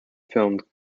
filmed